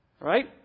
right